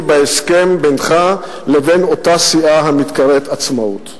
בהסכם בינך ובין אותה סיעה המתקראת "העצמאות".